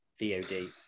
VOD